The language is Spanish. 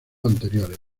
anteriores